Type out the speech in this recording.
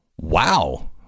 Wow